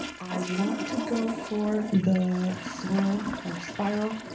i want to go for the. swirl or spiral.